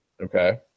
Okay